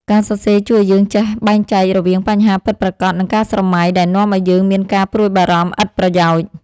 ការសរសេរជួយឱ្យយើងចេះបែងចែករវាងបញ្ហាពិតប្រាកដ និងការស្រមៃដែលនាំឱ្យយើងមានការព្រួយបារម្ភឥតប្រយោជន៍។